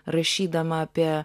rašydama apie